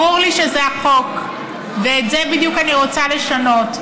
ברור לי שזה החוק, ואת זה בדיוק אני רוצה לשנות.